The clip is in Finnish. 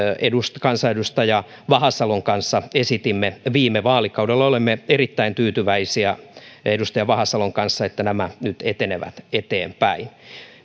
kansanedustaja vahasalon kanssa esitimme viime vaalikaudella olemme erittäin tyytyväisiä edustaja vahasalon kanssa siitä että nämä nyt etenevät eteenpäin